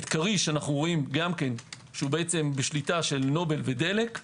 את כריש אנו רואים שהוא בשליטה של נובל ודלק,